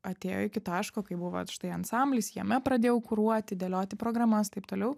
atėjo iki taško kai buvo va štai ansamblis jame pradėjau kuruoti dėlioti programas taip toliau